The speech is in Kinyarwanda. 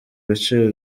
ibiciro